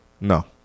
No